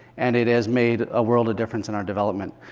and it has made a world of difference in our development.